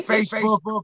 Facebook